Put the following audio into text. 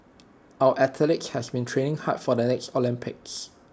our athletes have been training hard for the next Olympics